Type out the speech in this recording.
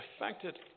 affected